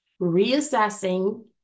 reassessing